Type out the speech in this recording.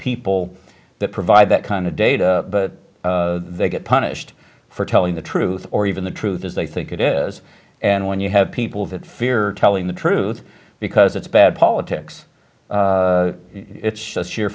people that provide that kind of data that they get punished for telling the truth or even the truth as they think it is and when you have people that fear telling the truth because it's bad politics it's just